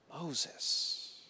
Moses